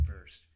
first